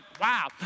wow